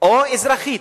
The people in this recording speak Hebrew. או אזרחית?